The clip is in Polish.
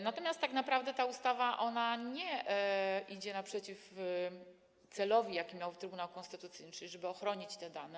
Natomiast tak naprawdę ta ustawa nie wychodzi naprzeciw celowi, jaki miał Trybunał Konstytucyjny, żeby ochronić te dane.